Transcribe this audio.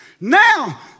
now